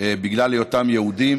בגלל היותם יהודים.